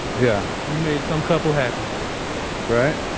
yeah you made some couple happy right?